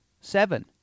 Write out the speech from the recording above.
seven